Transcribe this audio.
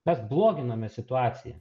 mes bloginame situaciją